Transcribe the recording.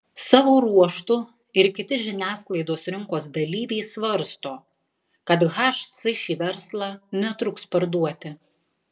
savo ruožtu ir kiti žiniasklaidos rinkos dalyviai svarsto kad hc šį verslą netruks parduoti